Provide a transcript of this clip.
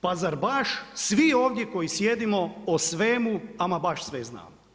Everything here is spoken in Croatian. Pa zar baš svi ovdje koji sjedimo o svemu ama baš sve znamo?